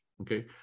okay